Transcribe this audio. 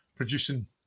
producing